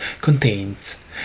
contains